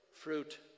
fruit